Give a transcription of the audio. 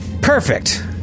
Perfect